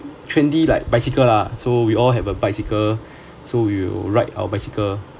trendy like bicycle lah so we all have a bicycle so we'll ride our bicycle